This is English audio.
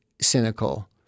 cynical